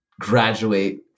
graduate